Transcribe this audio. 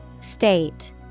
State